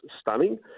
stunning